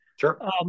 Sure